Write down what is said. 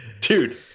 Dude